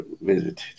visited